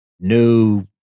no